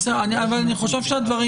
בסדר, אני חושב שהדברים